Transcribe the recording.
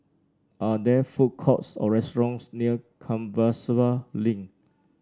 are there food courts or restaurants near Compassvale Link